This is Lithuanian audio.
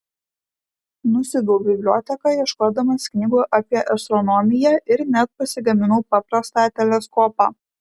nusiaubiau biblioteką ieškodamas knygų apie astronomiją ir net pasigaminau paprastą teleskopą